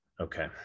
Okay